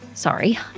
Sorry